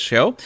Show